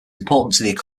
important